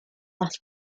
las